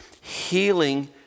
healing